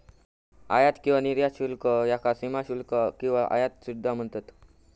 आयात किंवा निर्यात शुल्क याका सीमाशुल्क किंवा आयात सुद्धा म्हणतत